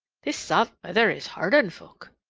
this saft weather is hard on folk.